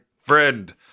friend